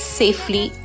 safely